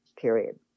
period